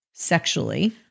sexually